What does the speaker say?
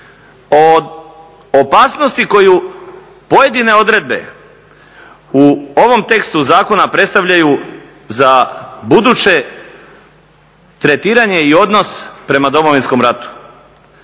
od opasnosti koju pojedine odredbe u ovom tekstu zakona predstavljaju za buduće tretiranje i odnos prema Domovinskom ratu.